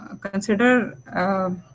consider